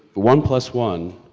one plus one